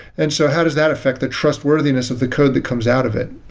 and so how does that affect the trustworthiness of the code that comes out of it?